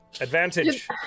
advantage